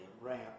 ramp